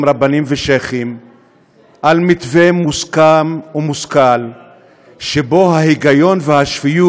רבנים ושיח'ים על מתווה מוסכם ומושכל שבו ההיגיון והשפיות